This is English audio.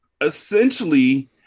essentially